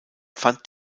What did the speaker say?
fand